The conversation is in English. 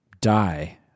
die